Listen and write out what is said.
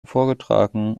vorgetragen